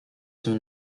tym